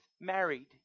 married